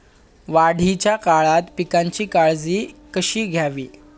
वाढीच्या काळात पिकांची काळजी कशी घ्यावी?